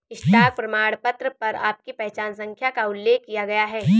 stock प्रमाणपत्र पर आपकी पहचान संख्या का उल्लेख किया गया है